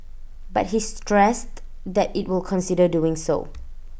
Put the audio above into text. but he stressed that IT will consider doing so